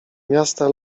miasta